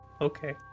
Okay